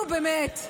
נו, באמת.